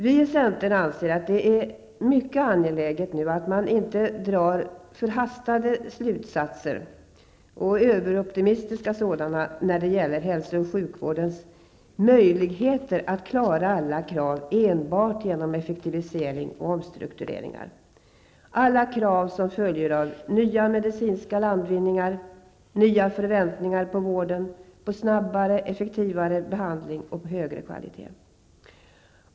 Vi i centern anser att det är mycket angeläget att man inte nu drar förhastade och överoptimistiska slutsatser vad gäller hälso och sjukvårdens möjligheter att klara alla krav enbart genom effektivisering och omstruktureringar -- krav som följer av nya medicinska landvinningar, nya förväntningar på vården, på snabbare och effektivare behandling och på högre kvalitet.